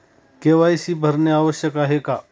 KYC भरणे आवश्यक आहे का?